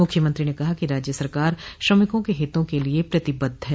मुख्यमंत्री ने कहा कि राज्य सरकार श्रमिकों के हितों के लिए प्रतिबद्ध है